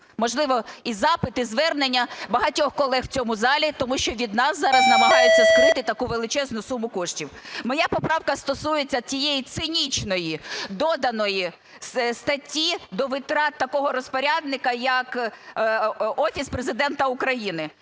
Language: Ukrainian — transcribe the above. можливо, і запит, і звернення багатьох колег в цьому залі. Тому що від нас зараз намагаються скрити таку величезну суму коштів. Моя поправка стосується тієї цинічної доданої статті до витрат такого розпорядника, як Офіс Президента України.